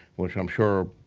which i'm sure,